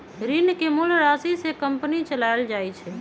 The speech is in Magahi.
ऋण के मूल राशि से कंपनी चलाएल जाई छई